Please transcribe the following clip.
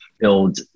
build